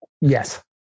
Yes